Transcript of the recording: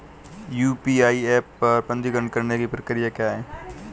UPI app पर पंजीकरण करने की प्रक्रिया क्या है?